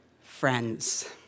Friends